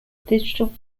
digital